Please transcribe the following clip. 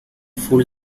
fool